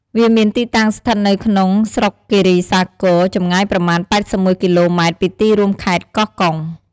វាមានទីតាំងស្ថិតនៅក្នុងស្រុកគិរីសាគរ ចម្ងាយប្រមាណ ៨១ គីឡូម៉ែត្រពីទីរួមខេត្តកោះកុង។